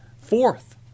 Fourth